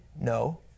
No